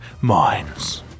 minds